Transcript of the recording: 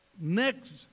Next